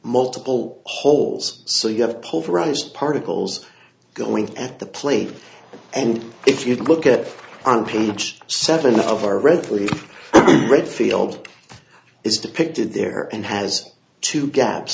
multiple holes so you have pulverized particles going at the plate and if you look at it on page seven of our regularly read field is depicted there and has to gaps